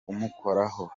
kumukoraho